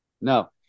No